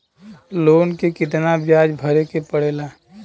Loan के कितना ब्याज भरे के पड़े ला?